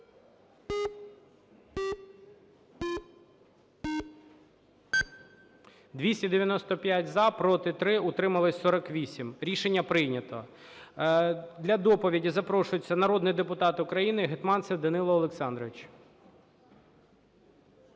295 – за. Проти – 3. Утримались – 48. Рішення прийнято. Для доповіді запрошується народний депутат України Гетманцев Данило Олександрович.